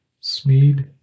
smeed